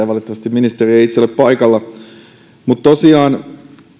valitettavasti ministeri ei itse ole paikalla mutta tosiaan